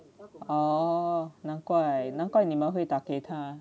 哦难怪难怪你们会打给他